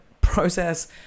process